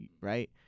right